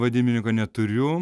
vadybininko neturiu